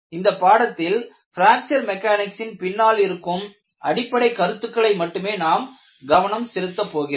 இந்த பாடத்தில் பிராக்சர் மெக்கானிக்ஸின் பின்னால் இருக்கும் அடிப்படைக் கருத்துக்களை மட்டுமே நான் கவனம் செலுத்தப் போகிறேன்